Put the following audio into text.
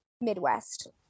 Midwest